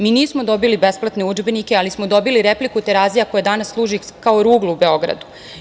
Mi nismo dobili besplatne udžbenike, ali smo dobili repliku Terazija koja danas služi kao ruglo u Beogradu.